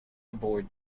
aboard